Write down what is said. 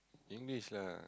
English lah